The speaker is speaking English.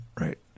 right